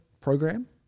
program